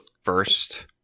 first